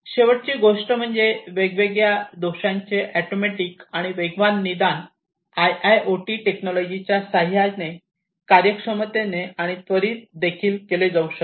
शेवटची गोष्ट म्हणजे वेगवेगळ्या दोषांचे ऑटोमॅटिक आणि वेगवान निदान आयआयओटी टेक्नॉलॉजी च्या सहाय्याने कार्यक्षमतेने आणि त्वरित देखील केले जाऊ शकते